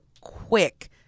quick